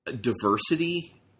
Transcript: diversity